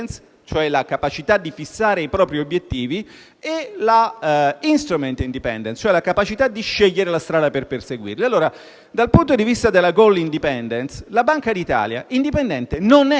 cioè la capacità di fissare i propri obiettivi, e l'*instrument independence*, cioè la capacità di scegliere la strada per perseguirli). Dal punto di vista della *goal independence*, la Banca d'Italia non è indipendente